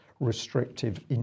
Restrictive